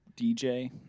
DJ